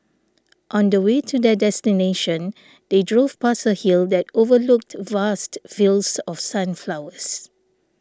on the way to their destination they drove past a hill that overlooked vast fields of sunflowers